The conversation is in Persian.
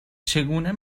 چگونه